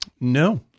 No